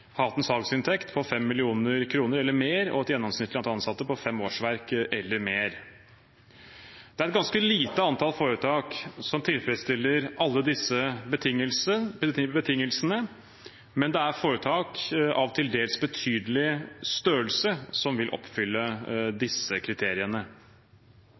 mer og et gjennomsnittlig antall ansatte tilsvarende fem årsverk eller mer. Det er et ganske lite antall foretak som tilfredsstiller alle disse betingelsene, men det er foretak av til dels betydelig størrelse som vil oppfylle